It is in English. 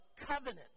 covenant